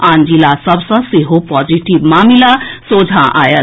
आन जिला सभ सँ सेहो पॉजिटिव मामिला सोझा आएल